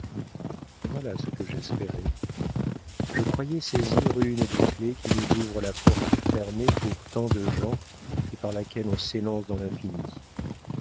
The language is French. voilà ce que j'espérais je croyais saisir une des clefs qui nous ouvrent la porte fermée pour tant de gens et par laquelle on s'élance dans l'infini